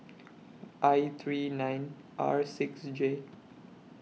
I three nine R six J